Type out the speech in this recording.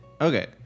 Okay